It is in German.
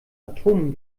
atomen